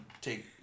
take